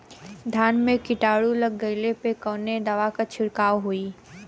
धान में कीटाणु लग गईले पर कवने दवा क छिड़काव होई?